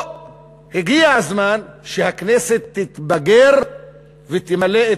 הגיע הזמן שהכנסת תתבגר ותמלא פה את